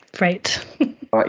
Right